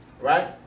right